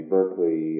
Berkeley